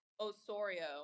Osorio